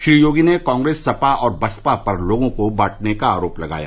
श्री योगी ने कांग्रेस सपा और बसपा पर लोगों को बांटने का आरोप लगाया